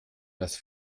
das